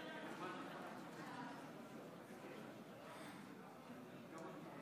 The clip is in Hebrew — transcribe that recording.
להלן תוצאות ההצבעה: בעד,